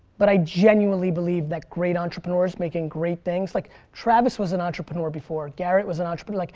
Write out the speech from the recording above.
but i genuinely believe that great entrepreneurs making great things, like travis was an entrepreneur before garret was an entrepreneur, like,